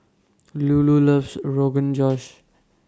Lulu loves Rogan Josh